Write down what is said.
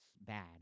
bad